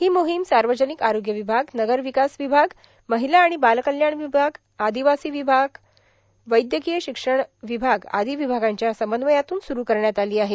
ही मोहीम सार्वजनिक आरोग्य विभाग नगरविकास विभाग महिला आणि बालकल्याण विभाग आदिवासी विकास विभाग वैद्यकीय शिक्षण विभाग आदी विभागांच्या समन्वयातून स्रु करण्यात आली आहे